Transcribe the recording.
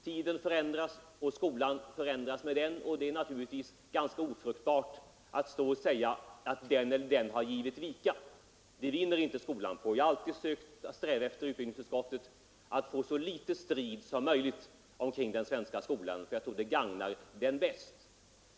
Tiden förändras, och skolan förändras med den, och det är naturligtvis ganska ofruktbart att stå och säga att den eller den har givit vika — det vinner inte skolan på. Jag har i utbildningsutskottet alltid strävat efter att få så litet strid som möjligt kring den svenska skolan. Jag tror att det gagnar den bäst.